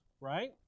right